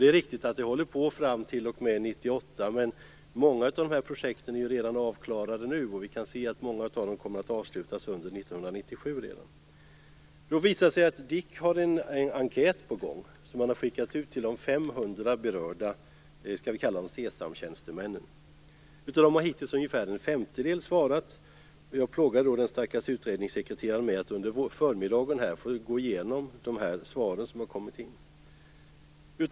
Det är riktigt att projektet håller på t.o.m. 1998, men många av projekten är avklarade redan nu och vi kan se att många kommer att avslutas redan under 1997. Det visade sig att DIK har skickat ut en enkät till de 500 berörda SESAM-tjänstemännen, som vi kan kalla dem. Av dessa har hittills ungefär en femtedel svarat. Jag plågade den stackars utredningssekreteraren med att under förmiddagen gå igenom de svar som har kommit in.